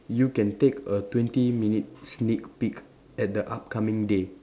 you can take a twenty minute sneak peak at the upcoming day